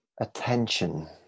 attention